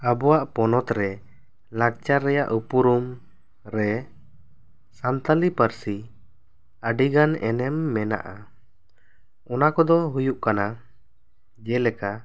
ᱟᱵᱚᱣᱟᱜ ᱯᱚᱱᱚᱛ ᱨᱮ ᱞᱟᱠᱪᱟᱨ ᱨᱮᱭᱟᱜ ᱩᱯᱩᱨᱩᱢ ᱨᱮ ᱥᱟᱱᱛᱟᱲᱤ ᱯᱟᱹᱨᱥᱤ ᱟᱹᱰᱤ ᱜᱟᱱ ᱮᱱᱮᱢ ᱢᱮᱱᱟᱜᱼᱟ ᱚᱱᱟ ᱠᱚ ᱫᱚ ᱦᱩᱭᱩᱜ ᱠᱟᱱᱟ ᱡᱮᱞᱮᱠᱟ